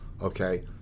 okay